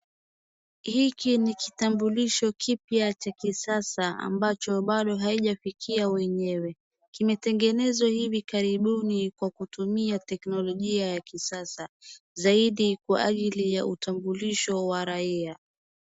Hiki ni kitambulisho kipya cha kisasa ambacho bado haijafikia wenyewe. Kimetengenezwa hivi karibuni kwa kitumia teknolojia ya kisasa, zaidi kwa ajili ya utambulisho wa raia.